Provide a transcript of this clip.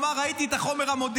אמר: ראיתי את החומר המודיעיני,